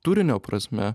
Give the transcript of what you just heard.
turinio prasme